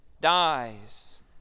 dies